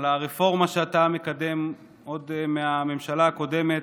על הרפורמה שאתה מקדם עוד מהממשלה הקודמת